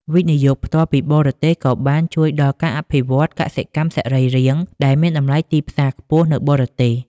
វិនិយោគផ្ទាល់ពីបរទេស ក៏បានជួយដល់ការអភិវឌ្ឍ "កសិកម្មសរីរាង្គ" ដែលមានតម្លៃទីផ្សារខ្ពស់នៅបរទេស។